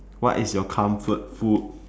what is your comfort food